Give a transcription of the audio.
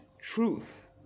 truth